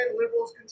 liberals